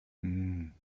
hmm